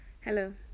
hello